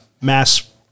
mass